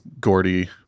Gordy